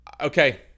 Okay